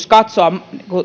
katsoa